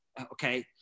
Okay